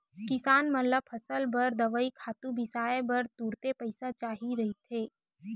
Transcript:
किसान मन ल फसल बर दवई, खातू बिसाए बर तुरते पइसा चाही रहिथे